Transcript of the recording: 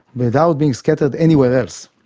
without being scattered anywhere else.